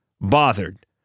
bothered